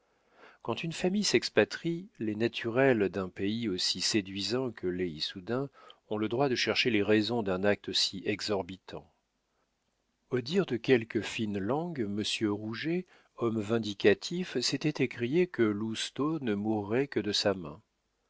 quand une famille s'expatrie les naturels d'un pays aussi séduisant que l'est issoudun ont le droit de chercher les raisons d'un acte si exorbitant au dire de quelques fines langues monsieur rouget homme vindicatif s'était écrié que lousteau ne mourrait que de sa main